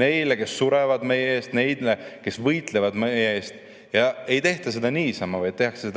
neile, kes surevad meie eest, neile, kes võitlevad meie eest. Ei tehta seda niisama, vaid tehakse